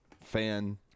fan